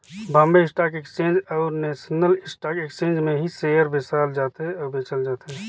Bombay stock exchange अउ national stock exchange में ही सेयर बेसाल जाथे अउ बेंचल जाथे